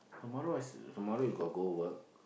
tomorrow is tomorrow you got go work